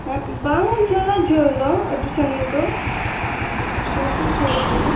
ᱦᱮᱸ ᱵᱟᱝ ᱡᱷᱟᱹᱞᱟ ᱡᱷᱟᱹᱞ ᱫᱚ ᱟᱹᱰᱤ ᱥᱟᱸᱜᱤᱧ ᱫᱚ ᱥᱩᱨ ᱫᱚ ᱥᱩᱨ ᱜᱮᱭᱟ